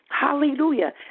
Hallelujah